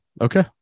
okay